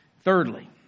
Thirdly